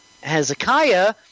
Hezekiah